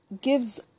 gives